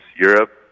Europe